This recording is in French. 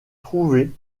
trouver